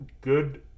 good